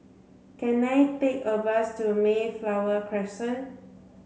can I take a bus to Mayflower Crescent